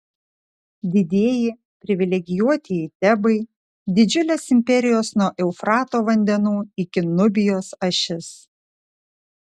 didieji privilegijuotieji tebai didžiulės imperijos nuo eufrato vandenų iki nubijos ašis